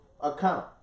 account